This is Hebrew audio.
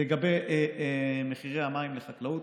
ובמחירי המים, לגבי מחירי המים לחקלאות,